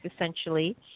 essentially